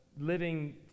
living